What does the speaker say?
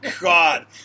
God